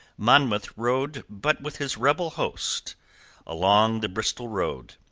monmouth rode but with his rebel host along the bristol road,